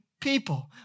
people